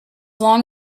long